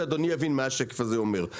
שאדוני יבין מה השקף הזה אומר.